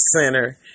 Center